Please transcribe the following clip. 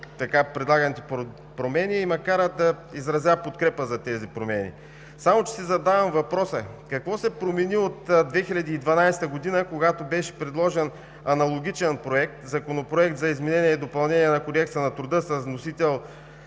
така предлаганите промени и е основание да изразя подкрепа за тези промени, само че си задавам въпроса: какво се промени от 2012 г., когато беше предложен аналогичен проект – Законопроект за изменение и допълнение на Кодекса на труда, с вносител